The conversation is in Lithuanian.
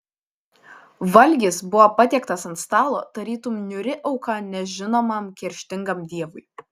valgis buvo patiektas ant stalo tarytum niūri auka nežinomam kerštingam dievui